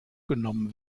genommen